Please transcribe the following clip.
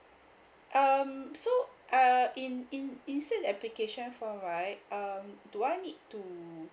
um so uh in in in this application form right um do I need to